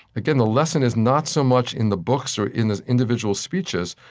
again, the lesson is not so much in the books or in his individual speeches,